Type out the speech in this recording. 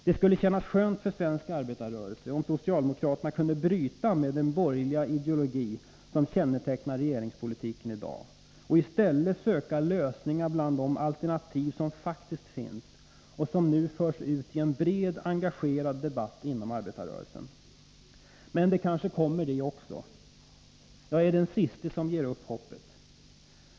Det skulle kännas skönt för svensk arbetarrörelse om socialdemokraterna kunde bryta med den borgerliga ideologi som kännetecknar regeringens politik i dag och i stället söka lösningar bland de alternativ som faktiskt finns och som nu förs ut i en bred, engagerad debatt inom arbetarrörelsen. Men det kanske kommer det också. Jag är den siste som ger upp hoppet.